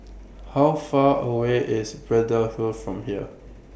How Far away IS Braddell Hill from here